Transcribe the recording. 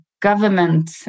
government